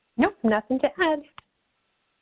nope, nothing to add.